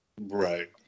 right